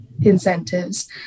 incentives